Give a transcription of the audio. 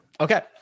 Okay